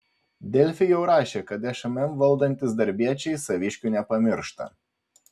delfi jau rašė kad šmm valdantys darbiečiai saviškių nepamiršta